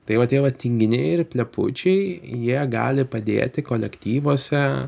tai va tie va tinginiai ir plepučiai jie gali padėti kolektyvuose